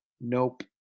Nope